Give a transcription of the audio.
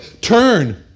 turn